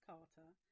Carter